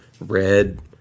red